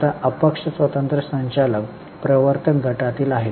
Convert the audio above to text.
आता अपक्ष स्वतंत्र संचालक प्रवर्तक गटातील आहेत